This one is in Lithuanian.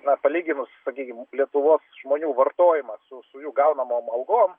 na palyginus sakykim lietuvos žmonių vartojimą su su jų gaunamom algom